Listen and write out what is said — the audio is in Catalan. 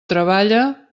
treballa